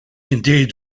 indeed